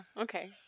okay